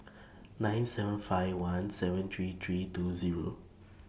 nine seven five one seven three three two Zero